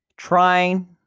Trying